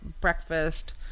breakfast